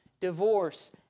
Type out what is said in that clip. divorce